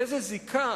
איזו זיקה